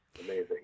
amazing